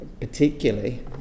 particularly